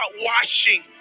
washing